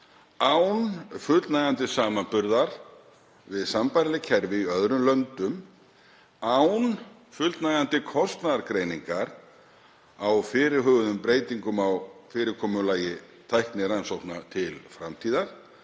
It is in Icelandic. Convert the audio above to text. án fullnægjandi samanburðar við sambærileg kerfi í öðrum löndum, án fullnægjandi kostnaðargreiningar á fyrirhuguðum breytingum á fyrirkomulagi tæknirannsókna til framtíðar,